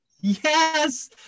Yes